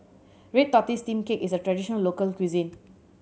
red tortoise steamed cake is a traditional local cuisine